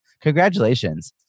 Congratulations